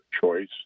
choice